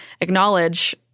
acknowledge